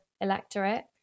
electorate